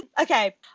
Okay